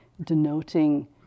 denoting